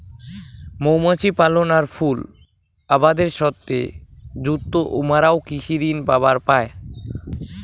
মৌমাছি পালন আর ফুল আবাদের সথে যুত উমরাও কৃষি ঋণ পাবার পায়